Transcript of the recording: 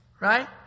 Right